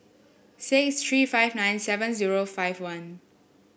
six three five nine seven zero five one